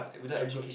that's good